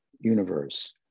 universe